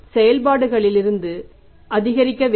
செயல்பாடுகளில் இருந்து அதிகரிக்க வேண்டும்